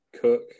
Cook